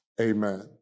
amen